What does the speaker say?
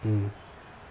mm